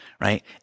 right